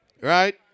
Right